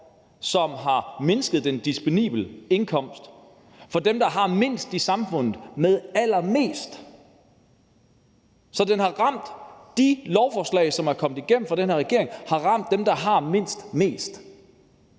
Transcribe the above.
som har mindsket den disponible indkomst for dem, der har mindst i samfundet, allermest. De lovforslag, som er kommet igennem fra den her regering, har ramt dem, der har mindst, mest.